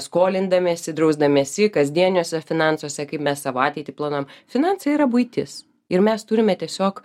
skolindamiesi drausdamiesi kasdieniuose finansuose kaip mes savo ateitį planuojam finansai yra buitis ir mes turime tiesiog